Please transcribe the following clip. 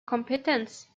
competence